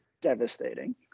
Devastating